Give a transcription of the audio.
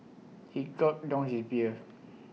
he gulped down his beer